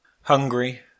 Hungry